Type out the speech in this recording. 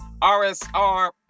rsr